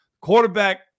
Quarterback